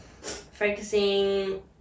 Focusing